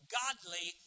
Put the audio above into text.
godly